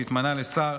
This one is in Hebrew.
שהתמנה לשר,